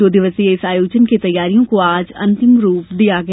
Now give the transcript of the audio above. दो दिवसीय इस आयोजन की तैयारियों को आज अंतिम रूप दिया गया